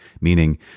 meaning